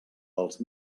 dels